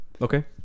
Okay